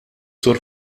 sur